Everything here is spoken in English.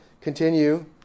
continue